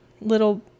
little